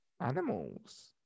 animals